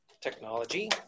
Technology